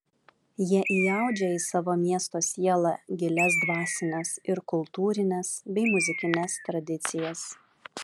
jie įaudžia į savo miesto sielą gilias dvasines ir kultūrines bei muzikines tradicijas